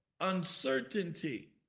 uncertainty